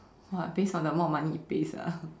what based on the amount of money it pays ah